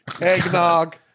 Eggnog